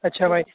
اچھا بھائی